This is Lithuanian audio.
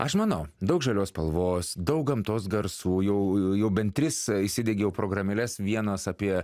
aš manau daug žalios spalvos daug gamtos garsų jau jau bent tris įsidiegiau programėles vienos apie